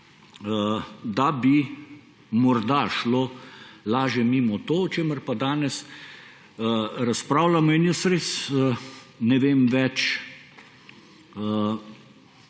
da bi morda šlo lažje mimo to, o čemer danes razpravljamo. In jaz res ne vem več,